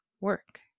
work